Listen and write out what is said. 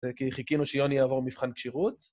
‫כי חיכינו שיוני יעבור מבחן כשירות.